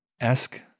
esque